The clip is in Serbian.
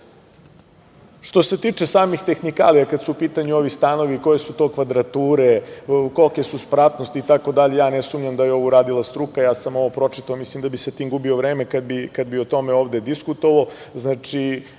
se tiče samih tehnikalija, kada su u pitanju ovi stanovi, koje su to kvadrature, kolike su spratnosti itd. ja ne sumnjam da je ovo uradila struka. Ja sam ovo pročitao, mislim da bi sa tim gubio vreme kada bih o tome ovde diskutovao. Znači,